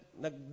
nag